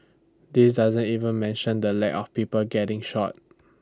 this doesn't even mention the lack of people getting shot